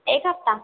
एक हप्ता